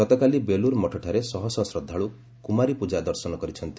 ଗତକାଲି ବେଲୁର୍ମଠଠାରେ ଶହ ଶହ ଶ୍ରଦ୍ଧାଳୁ କୁମାରୀ ପୂଜା ଦର୍ଶନ କରିଛନ୍ତି